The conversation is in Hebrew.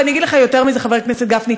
ואני אגיד לך יותר מזה, חבר הכנסת גפני.